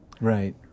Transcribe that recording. Right